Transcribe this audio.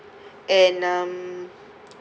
and um